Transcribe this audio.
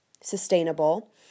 sustainable